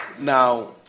Now